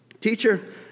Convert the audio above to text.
teacher